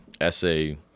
essay